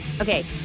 Okay